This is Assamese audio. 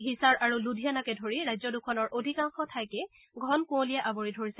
হিছাৰ আৰু লুধিয়ানাকে ধৰি ৰাজ্যদুখনৰ অধিকাংশ ঠাইকে ঘন কুঁৱলীয়ে আৱৰি ধৰিছে